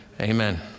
Amen